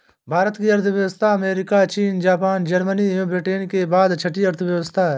भारत की अर्थव्यवस्था अमेरिका, चीन, जापान, जर्मनी एवं ब्रिटेन के बाद छठी अर्थव्यवस्था है